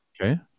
Okay